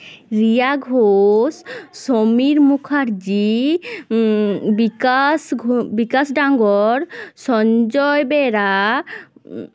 রিয়া ঘোষ সমীর মুখার্জিিকাশ বিকাশ ডাঙ্গর সঞ্জয় বেড়া